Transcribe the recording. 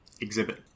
exhibit